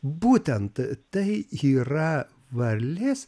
būtent tai yra varlės